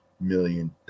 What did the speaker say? million